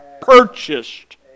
purchased